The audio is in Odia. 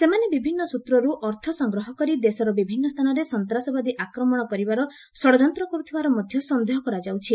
ସେମାନେ ବିଭିନ୍ନ ସୂତ୍ରରୁ ଅର୍ଥ ସଂଗ୍ରହ କରି ଦେଶର ବିଭିନ୍ନ ସ୍ଥାନରେ ସନ୍ତାସବାଦୀ ଆକ୍ରମଣ କରିବାର ଷଡଯନ୍ତ କରୁଥିବାର ମଧ୍ୟ ସନ୍ଦେହ କରାଯାଉଛି